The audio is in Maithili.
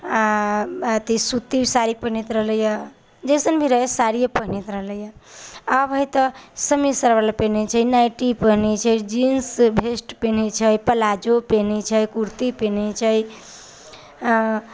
आ अथि सुती साड़ी पहिनैत रहलैय जैसे साड़िये पहिनैत रहलैय आब हय तऽ समीज सलवार पहिनै छै नाइटी पहिनै छै जीन्स वेस्ट पहिनै छै प्लाजो पहिनै छै कुर्ती पहिनै छै अऽ